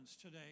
today